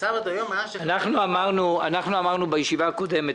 אמרנו בישיבה הקודמת,